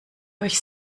euch